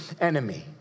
enemy